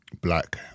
Black